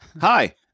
hi